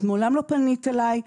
את מעולם לא פנית אליי.